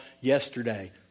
yesterday